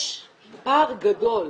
יש פער גדול.